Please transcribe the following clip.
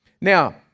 Now